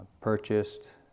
purchased